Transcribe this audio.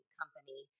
company